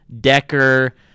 Decker